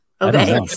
okay